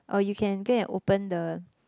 or you can go and open the